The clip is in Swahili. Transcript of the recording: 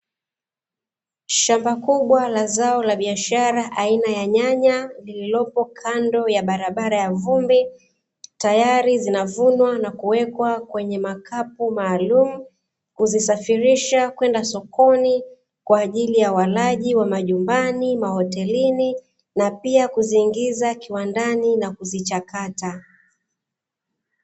Shamba kubwa la zao la biashara aina ya nyanya, lililoko kando ya barabara ya vumbi, tayari zinavunwa nakuwekwa kwenye makapu maalumu, kuzisafirisha kwenda sokoni kwa ajili ya walaji wamajumbani, mahotelini na pia kuziingiza kiwandani na kuzichakata.